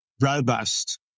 robust